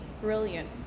brilliant